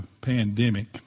pandemic